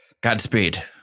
Godspeed